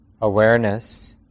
awareness